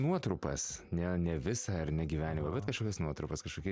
nuotrupas ne ne visą ar ne gyvenimą bet kažkokias nuotrupas kažkokie